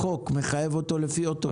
החוק מחייב אותו לפי אוטובוס.